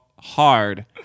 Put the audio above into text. hard